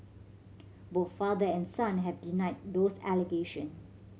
both father and son have denied those allegation